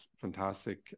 fantastic